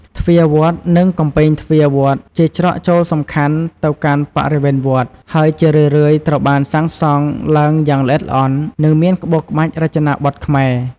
ទ្វារវត្ត និងកំពែងទ្វារវត្តជាច្រកចូលសំខាន់ទៅកាន់បរិវេណវត្ត ហើយជារឿយៗត្រូវបានសាងសង់ឡើងយ៉ាងល្អិតល្អន់ និងមានក្បូរក្បាច់រចនាបថខ្មែរ។